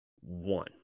one